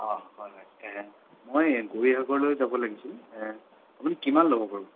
অঁ হয় হয় মই গৌৰীসাগৰলৈ যাব লাগিছিল আপুনি কিমান ল'ব বাৰু